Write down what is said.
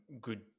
good